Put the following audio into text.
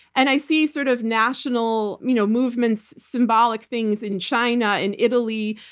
and i see sort of national you know movements, symbolic things in china, in italy,